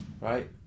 Right